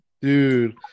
Dude